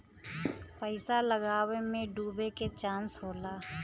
पइसा लगावे मे डूबे के चांस होला